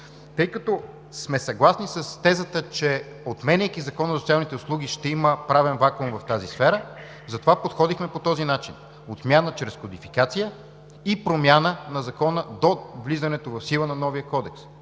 Тъй като сме съгласни с тезата, че отменяйки Закона за социалните услуги, ще има правен вакуум в тази сфера, затова подходихме по този начин – отмяна чрез кодификация, и промяна на Закона до влизането в сила на новия кодекс.